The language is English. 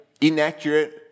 Inaccurate